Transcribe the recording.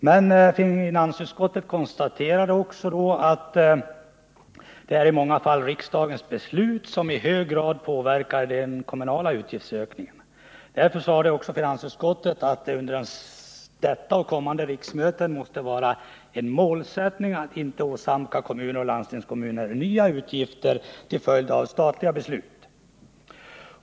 Men finansutskottet konstaterade redan då att det i många fall är riksdagens beslut som i hög grad påverkar den kommunala utgiftsökningen. Därför sade också finansutskottet, att det under detta och kommande riksmöten måste vara en målsättning att inte åsamka kommuner och landstingskommuner nya utgifter till följd av statliga beslut.